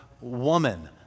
woman